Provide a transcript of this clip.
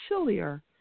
chillier